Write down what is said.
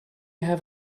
have